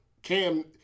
Cam